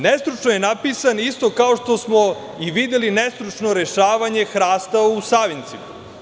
Nestručno je napisan isto kao što smo i videli nestručno rešavanje hrasta u Savincima.